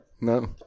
no